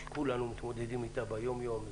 שכולנו מתמודדים אתה ביום-יום,